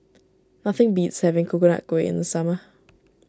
nothing beats having Coconut Kuih in the summer